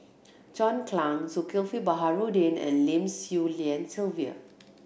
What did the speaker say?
John Clang Zulkifli Baharudin and Lim Swee Lian Sylvia